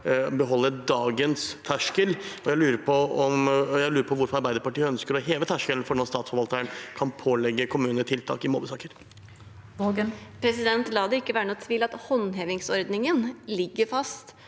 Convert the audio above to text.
beholde dagens terskel. Jeg lurer på hvorfor Arbeiderpartiet ønsker å heve terskelen for når Statsforvalteren kan pålegge kommuner tiltak i mobbesaker. Elise Waagen (A) La det ikke være noen tvil om at håndhevingsordningen ligger fast.